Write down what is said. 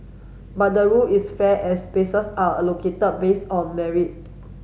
but the rule is fair as spaces are allocated based on merit